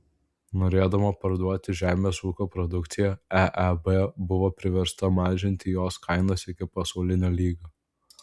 norėdama parduoti žemės ūkio produkciją eeb buvo priversta mažinti jos kainas iki pasaulinio lygio